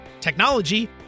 technology